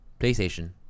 PlayStation